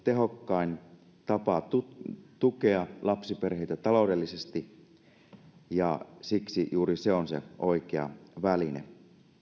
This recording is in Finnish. tehokkain tapa tukea lapsiperheitä taloudellisesti ja siksi juuri se on se oikea väline